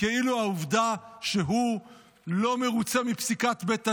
כאילו העובדה שהוא לא מרוצה מפסיקת בית הדין,